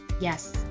yes